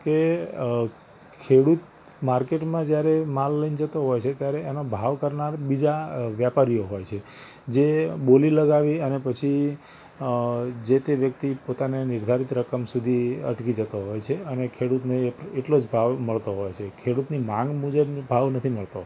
કે ખેડૂત માર્કેટમાં જ્યારે માલ લઈને જતો હોય છે ત્યારે એનો ભાવ કરનાર બીજા વેપારીઓ હોય છે જે બોલી લગાવી અને પછી જે તે વ્યક્તિ પોતાને નિર્ધારિત રકમ સુધી અટકી જતો હોય છે અને ખેડૂતને એટલો જ ભાવ મળતો હોય છે ખેડૂતની માગ મુજબનો ભાવ નથી મળતો